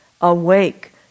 awake